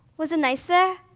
was it nice there?